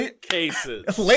cases